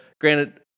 Granted